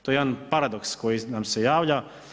To je jedan paradoks koji nam se javlja.